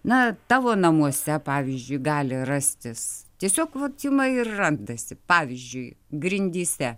na tavo namuose pavyzdžiui gali rastis tiesiog vat ima ir randasi pavyzdžiui grindyse